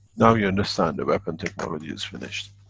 now you understand the weapon technology is finished.